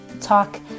talk